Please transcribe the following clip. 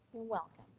welcome.